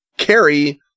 carry